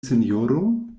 sinjoro